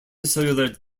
cellular